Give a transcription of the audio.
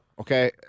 Okay